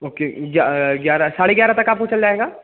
okay ग्यारह साढ़े ग्यारह तक आपको चल जाएगा